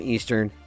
Eastern